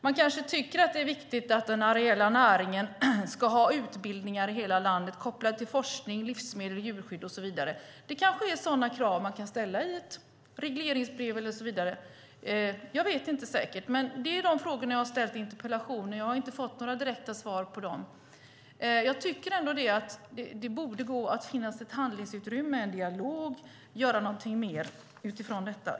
Man kanske tycker att det är viktigt att den areella näringen ska ha utbildningar i hela landet, kopplat till forskning, livsmedel, djurskydd och så vidare. Det kanske är sådana krav man kan ställa i ett regleringsbrev. Jag vet inte säkert. Det har jag ställt frågor om i min interpellation, och jag har inte fått några direkta svar på dem. Jag tycker att det borde finnas ett handlingsutrymme, en dialog, en möjlighet att göra något mer.